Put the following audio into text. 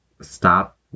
Stop